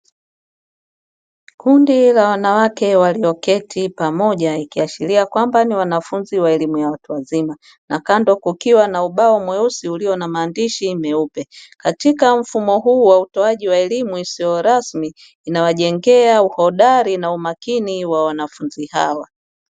Kundi la wanawake walioketi pamoja ikiashiria kwamba ni wanafunzi wa elimu ya watu wazima na kando kukiwa na ubao mweusi ulio na maandishi meupe katika mfumo huu wa utoaji wa elimu isiyorasmi inawajengea uhodari na umakini wa wanafunzi hawa.